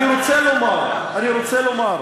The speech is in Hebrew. אני רוצה לומר, אני רוצה לומר,